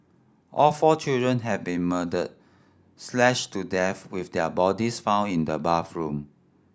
all four children had been murdered slashed to death with their bodies found in the bathroom